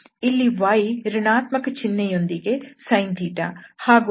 ಇಲ್ಲಿ y ಋಣಾತ್ಮಕ ಚಿನ್ಹೆಯೊಂದಿಗೆ sin ಹಾಗೂ x2y2ನ ಮೌಲ್ಯ 1